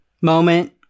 moment